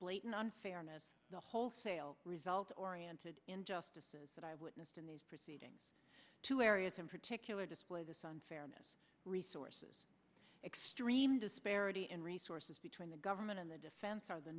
blatant unfairness the wholesale result oriented injustices that i witnessed in these proceedings two areas in particular display this on fairness resources extreme disparity in resources when the government and the defense are the